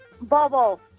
Bobo